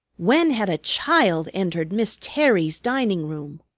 when had a child entered miss terry's dining-room!